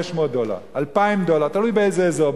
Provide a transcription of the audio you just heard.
1,500 דולר, 2,000 דולר, תלוי באיזה אזור.